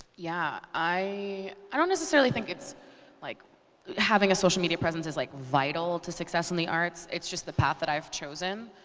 yeah. i i don't necessarily think having like having a social media presence is like vital to success in the arts. it's just the path that i've chosen.